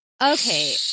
Okay